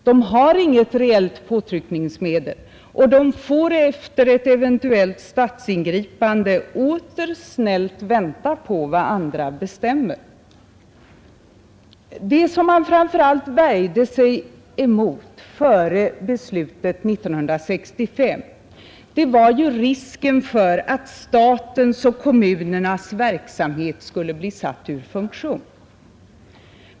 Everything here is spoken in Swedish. De har inget reellt påtryckningsmedel, och de får efter ett eventuellt statsingripande åter snällt vänta på vad andra bestämmer. Det man framför allt värjde sig emot före beslutet 1965 var risken för att statens och kommunernas verksamhet skulle bli satt ur funktion.